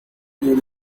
you